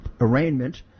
arraignment